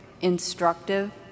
instructive